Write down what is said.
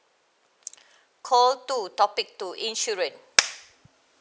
call two topic two insurance